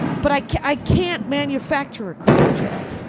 but i can't i can't manufacture a crying jag.